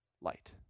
light